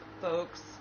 folks